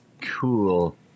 Cool